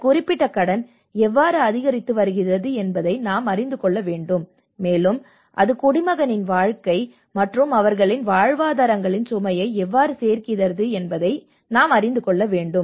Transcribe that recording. இந்த குறிப்பிட்ட கடன் எவ்வாறு அதிகரித்து வருகிறது என்பதை நாம் அறிந்து கொள்ள வேண்டும் மேலும் அது குடிமகனின் வாழ்க்கை மற்றும் அவர்களின் வாழ்வாதாரங்களின் சுமையை எவ்வாறு சேர்க்கிறது என்பதை நாம் அறிந்து கொள்ள வேண்டும்